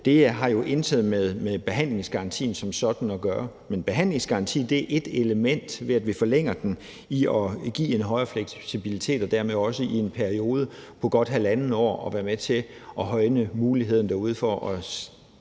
det har jo intet med behandlingsgarantien som sådan at gøre. Ved at vi forlænger den, er behandlingsgaranti ét element i at give en højere fleksibilitet og dermed også i en periode på godt halvandet år være med til at højne muligheden derude for at